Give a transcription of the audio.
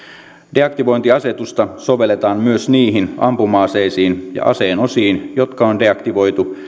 deaktivointiasetusta sovelletaan myös niihin ampuma aseisiin ja aseen osiin jotka on deaktivoitu